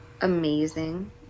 amazing